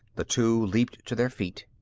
the two leaped to their feet.